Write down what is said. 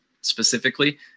specifically